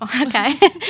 Okay